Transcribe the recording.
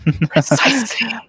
Precisely